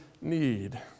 need